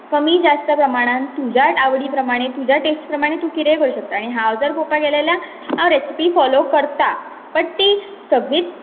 कमी जास्त प्रमाणान तुज्याच आवडी प्रमाणे तुज्या टेस्ट प्रमाणे तूं कितें करुंक शकता आनी हांव जर पोवपाक गेले जाल्यार हांव रेसिपी फोलोव करतां बट ती सगळीच